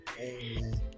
amen